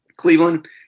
Cleveland